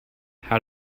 how